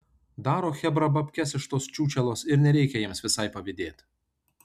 daro chebra babkes iš tos čiūčelos ir nereikia jiems visai pavydėt